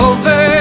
Over